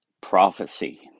prophecy